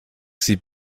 sie